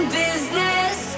business